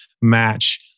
match